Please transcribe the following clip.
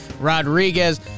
Rodriguez